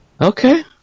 Okay